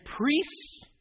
priests